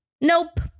Nope